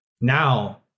now